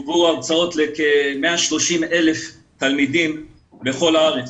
הועברו הרצאות לכ-130,000 תלמידים בכל הארץ.